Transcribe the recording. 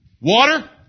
Water